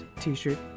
t-shirt